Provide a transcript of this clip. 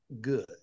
good